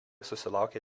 susilaukė